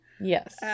Yes